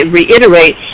reiterate